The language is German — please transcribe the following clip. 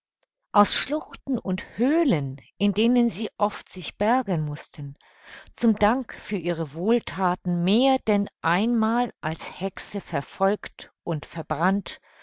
aus schluchten und höhlen in denen sie oft sich bergen mußten zum dank für ihre wohlthaten mehr denn einmal als hexe verfolgt und verbrannt